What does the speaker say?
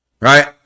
Right